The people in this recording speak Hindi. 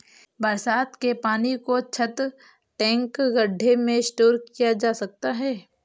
बरसात के पानी को छत, टैंक, गढ्ढे में स्टोर किया जा सकता है